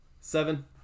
Seven